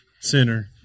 Center